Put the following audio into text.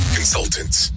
Consultants